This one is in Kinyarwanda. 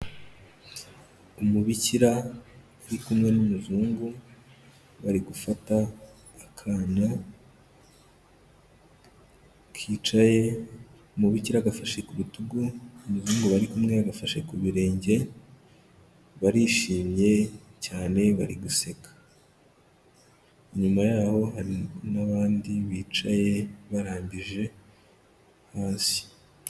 Umubikira yari kumwe n'umuzungu bari gufata akana kicaye, umubikira agafashe ku rutugu, umuzungu bari kumwe agafashe ku birenge, barishimye cyane bari guseka, inyuma yaho hari n'abandi bicaye barambije hasi.